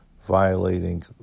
violating